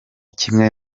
kimwe